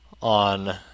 on